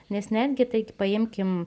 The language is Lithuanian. nes netgi taigi paimkim